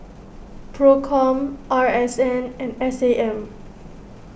Procom R S N and S A M